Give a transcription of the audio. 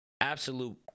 Absolute